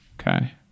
Okay